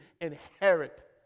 inherit